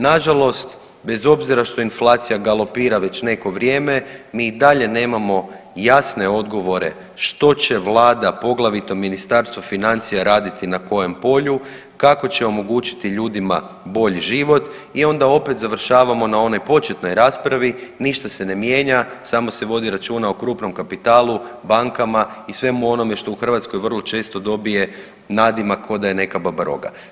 Na žalost bez obzira što inflacija galopira već neko vrijeme, mi i dalje nemamo jasne odgovore što će Vlada poglavito Ministarstvo financija raditi na kojem polju, kako će omogućiti ljudima bolji život i onda opet završavamo na onoj početnoj raspravi ništa se ne mijenja, samo se vodi računa o krupnom kapitalu, bankama i svemu onome što u Hrvatskoj vrlo često dobije kao da je neka baba roga.